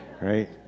right